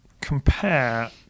compare